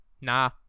Nah